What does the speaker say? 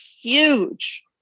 huge